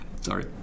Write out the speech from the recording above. sorry